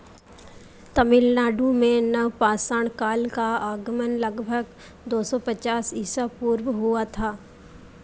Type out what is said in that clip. तमिलनाडु में नवपाषाण काल का आगमन लगभग दो सौ पचास ईसा पूर्व हुआ था